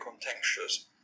contentious